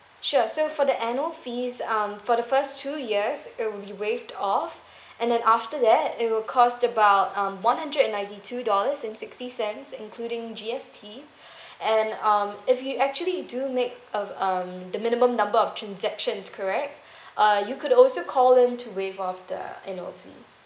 sure so for the annual fees um for the first two years it will be waived off and then after that it will cost about um one hundred and ninety two dollars and sixty cents including G_S_T and um if you actually do make of um the minimum number of transactions correct uh you could also call in to waive off the annual fee